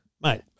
Mate